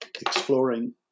exploring